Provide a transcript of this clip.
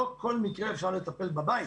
לא כל מקרה אפשר לטפל בבית.